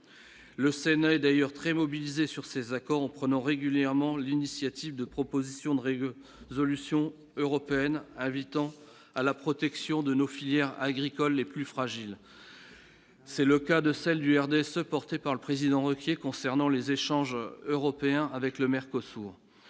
le Sénat est d'ailleurs très mobilisée sur ces accords en prenant régulièrement l'initiative de propositions de rêve, solution européenne invitant à la protection de nos filières agricoles les plus fragiles, c'est le cas de celle du RDSE, porté par le président Ruquier concernant les échanges européens avec le maire